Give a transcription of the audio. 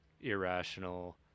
irrational